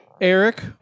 Eric